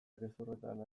gezurretan